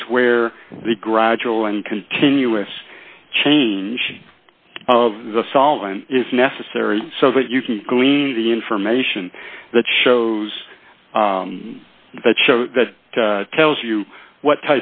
is where the gradual and continuous change of the solvent is necessary so that you can glean any information that shows that show that tells you what